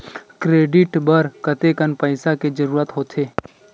Credit बर कतेकन पईसा के जरूरत होथे?